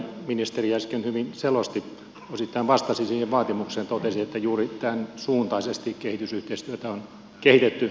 ministeri äsken hyvin selosti osittain vastasi siihen vaatimukseen totesi että juuri tämän suuntaisesti kehitysyhteistyötä on kehitetty